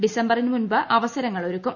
ഡിസംബറിന് മുമ്പ് അവസരങ്ങൾ ഒരുക്കും